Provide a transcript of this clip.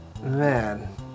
Man